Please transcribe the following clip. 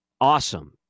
Awesome